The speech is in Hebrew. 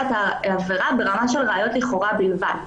את העבירה ברמה של ראיות לכאורה בלבד,